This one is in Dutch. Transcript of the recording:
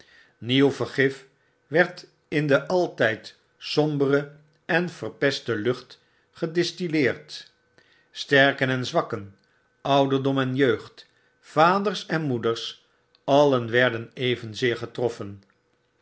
vergif werd in de altijd sombere en verpeste lucht gedistilleerd sterken en zwakken ouderdom en jeugd vaders en moeders alien werden evenzeer